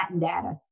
data